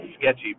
sketchy